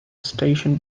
station